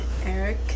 Eric